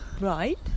Right